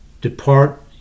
Depart